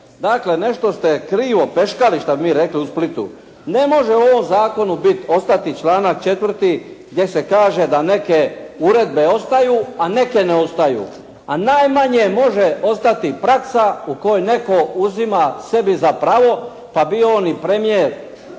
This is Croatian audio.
Dakle, nešto ste krivo preškali što bi mi rekli u Splitu. Ne može u ovom zakonu bit ostati članak 4. gdje se kaže da neke uredbe ostaju, a neke ne ostaju, a najmanje može ostati praksa u kojoj netko uzima sebi za pravo, pa bio on i premijer